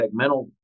segmental